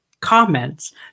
comments